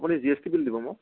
আপুনি G S T bill দিব মোক